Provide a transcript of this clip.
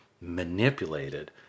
manipulated